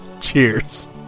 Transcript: Cheers